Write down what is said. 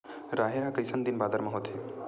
राहेर ह कइसन दिन बादर म होथे?